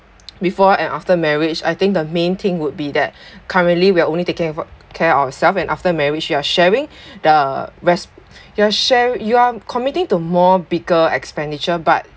before and after marriage I think the main thing would be that currently we are only taking care of ourselves and after marriage you are sharing the rest you're shar~ you are committing to more bigger expenditure but